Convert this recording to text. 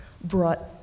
brought